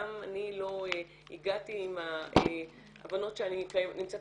גם אני לא הגעתי עם ההבנות שאני נמצאת